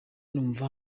numva